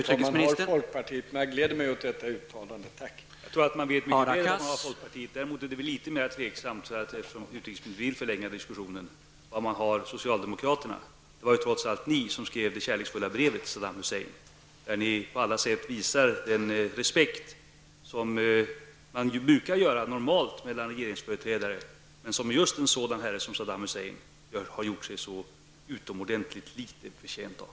Herr talman! Jag tror att människor mycket väl vet var de har folkpartiet. Däremot är det nog litet mera tveksamt -- jag vill säga detta, eftersom utrikesministern tydligen vill förlänga diskussionen -- var vi har socialdemokraterna. Det är trots allt ni som har skrivit ett kärleksfullt brev till Saddam Hussein, där ni på alla sätt visar den respekt som normalt förekommer regeringsföreträdare emellan men som just en sådan herre som Saddam Hessein har gjort sig utomordentligt litet förtjänt av.